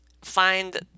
find